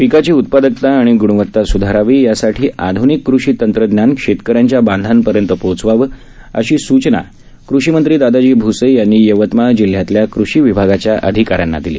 पिकाची उत्पादकता आणि ग्णवता सुधारावी यासाठी आध्निक कृषी तंत्रज्ञान शेतक यांच्या बांधापर्यंत पोहोचवावं अशी सूचना कृषीमंत्री दादाजी भ्से यांनी यवतमाळ जिल्ह्यातल्या कृषी विभागाच्या अधिकाऱ्यांना दिली